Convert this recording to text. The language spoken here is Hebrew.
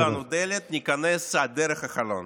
אם יסגרו לנו דלת, ניכנס דרך החלון.